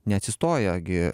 neatsistoja gi